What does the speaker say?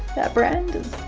that brand is